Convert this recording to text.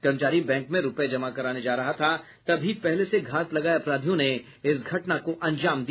कर्मचारी बैंक में रूपये जमा कराने जा रहा था तभी पहले से घात लगाये अपराधियों ने इस घटना को अंजाम दिया